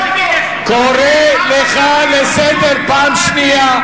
קורא אותך לסדר פעם שנייה.